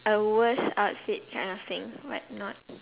a worst outfit kind of thing like not